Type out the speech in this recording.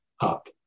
up